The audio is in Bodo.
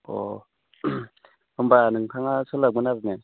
अ होनबा नोंथाङा सोलाबगोन आरोने